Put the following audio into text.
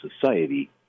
society